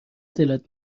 دلت